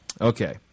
Okay